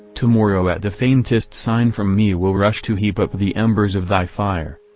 tomorrow at the faintest sign from me will rush to heap up the embers of thy fire.